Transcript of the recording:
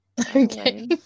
okay